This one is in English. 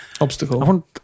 obstacle